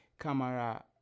camera